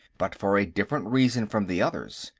but for a different reason from the others.